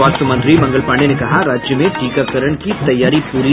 स्वास्थ्य मंत्री मंगल पांडेय ने कहा राज्य में टीकाकरण की तैयारी पूरी